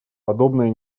подобная